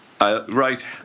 right